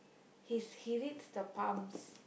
he's he reads the palms